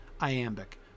iambic